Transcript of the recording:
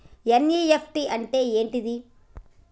NEFT అంటే ఏంటిది?